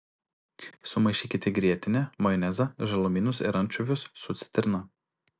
sumaišykite grietinę majonezą žalumynus ir ančiuvius su citrina